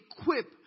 equip